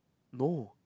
no